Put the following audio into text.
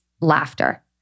laughter